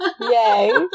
Yay